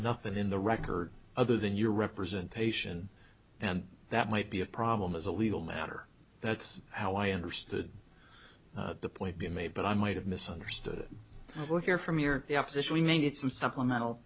nothing in the record other than your representation and that might be a problem as a legal matter that's how i understood the point being made but i might have misunderstood or hear from your opposition we may need some supplemental